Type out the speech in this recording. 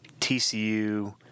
TCU